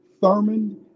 Thurman